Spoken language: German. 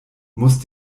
muss